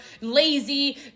lazy